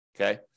Okay